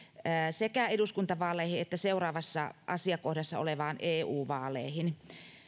sekä eduskuntavaaleihin että seuraavassa asiakohdassa oleviin eu vaaleihin